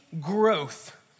growth